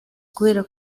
kubera